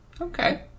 Okay